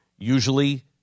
Usually